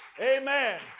Amen